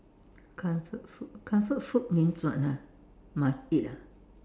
comfort food comfort food means what ah must eat ah